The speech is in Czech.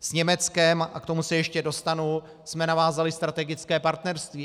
S Německem, a k tomu se ještě dostanu, jsme navázali strategické partnerství.